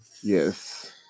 Yes